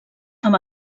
amb